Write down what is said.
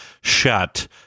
shut